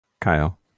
kyle